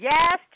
Yes